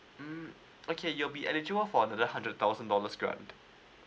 mm okay you'll be eligible for the hundred thousand dollars grant